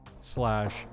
slash